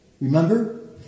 Remember